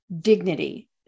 dignity